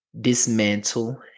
dismantle